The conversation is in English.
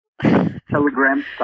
Telegram